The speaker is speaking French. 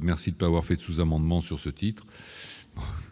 merci de pas avoir fait sous-amendements sur ce titre-.